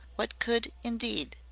what could, indeed?